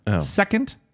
Second